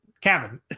Kevin